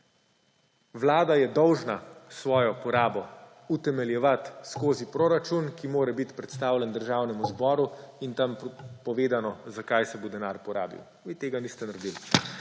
Vlada je dolžna svojo porabo utemeljevati skozi proračun, ki mora biti predstavljen Državnemu zboru in tam povedano, zakaj se bo denar porabil. Vi tega niste naredili.